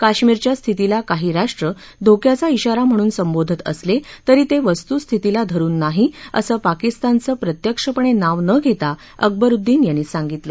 काश्मीरच्या स्थितीला काही राष्ट्र धोक्याचा आरा म्हणून संबोधत असले तरी ते वस्तुस्थितीला धरुन नाही असं पाकिस्तानचं प्रत्यक्षपणे नाव न घेता अकबरुद्दीन यांनी सांगितलं